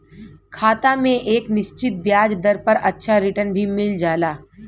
खाता में एक निश्चित ब्याज दर पर अच्छा रिटर्न भी मिल जाला